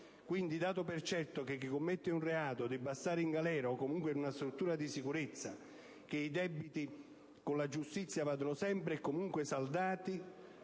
Quindi, dato per certo che chi commette un reato debba stare in galera o comunque in una struttura di sicurezza, che i debiti con la giustizia vadano sempre e comunque saldati,